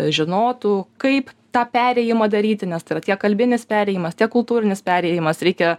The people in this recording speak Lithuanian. žinotų kaip tą perėjimą daryti nes tai yra tiek kalbinis perėjimas tiek kultūrinis perėjimas reikia